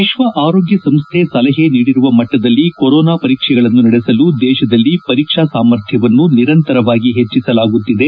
ವಿಷ್ಣ ಆರೋಗ್ಯ ಸಂಸ್ಥೆ ಸಲಹೆ ನೀಡಿರುವ ಮಟ್ಟದಲ್ಲಿ ಕೊರೋನಾ ಪರೀಕ್ಷೆಗಳನ್ನು ನಡೆಸಲು ದೇಶದಲ್ಲಿ ಪರೀಕ್ಸಾ ಸಾಮರ್ಥ್ಯವನ್ನು ನಿರಂತರವಾಗಿ ಹೆಚ್ಚಿಸಲಾಗುತ್ತಿದೆ